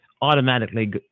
automatically